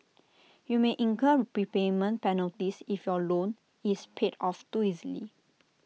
you may incur prepayment penalties if your loan is paid off too easily